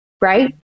right